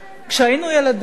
כשהיינו ילדים